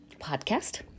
podcast